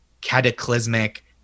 cataclysmic